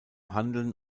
handeln